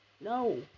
No